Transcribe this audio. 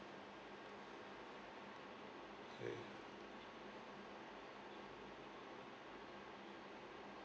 okay